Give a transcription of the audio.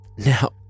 Now